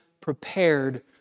prepared